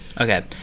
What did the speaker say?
Okay